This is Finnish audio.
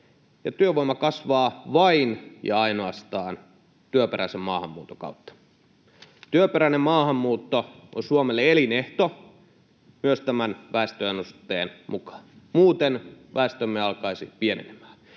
Työvoima kasvaa vain ja ainoastaan työperäisen maahanmuuton kautta. Työperäinen maahanmuutto on Suomelle elinehto myös tämän väestöennusteen mukaan, muuten väestömme alkaisi pienenemään.